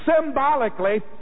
Symbolically